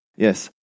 Yes